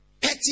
petty